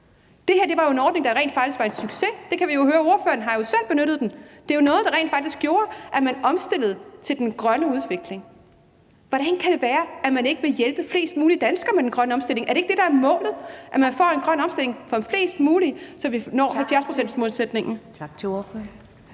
Det her var jo en ordning, der rent faktisk var en succes. Det kan vi jo høre. Ordføreren har jo selv benyttet den. Det er jo noget, der rent faktisk gjorde, at man omstillede til den grønne udvikling. Hvordan kan det være, at man ikke vil hjælpe flest mulige danskere med den grønne omstilling? Er det ikke det, der er målet: at man får en grøn omstilling for flest mulige, så vi når 70-procentsmålsætningen? Kl. 13:01 Første